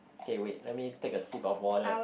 okay wait let me take a sip of water